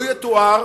לו יתואר